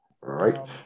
Right